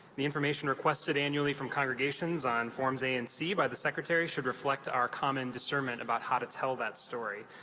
the information requested annually from congregations on forms a and c by the secretary should reflect our common discernment about how to tell that story.